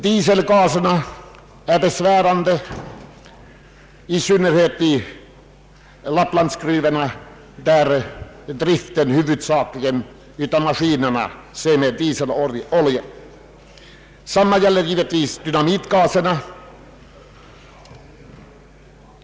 Dieselgaserna är besvärande, i synnerhet i Lapplandsgruvorna där maskinerna huvudsakligen drivs med dieselolja. Lika besvärande är givetvis dynamitgaserna.